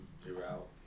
throughout